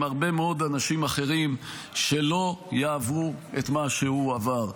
הרבה מאוד אנשים אחרים שלא יעברו את מה שהוא עבר,